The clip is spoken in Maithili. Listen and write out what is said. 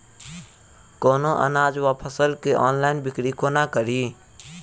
कोनों अनाज वा फसल केँ ऑनलाइन बिक्री कोना कड़ी?